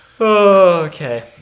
okay